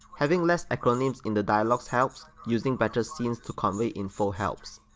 having less acronyms in the dialogues helps, using better scenes to convey info helps.